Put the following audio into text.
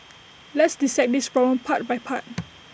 let's dissect this problem part by part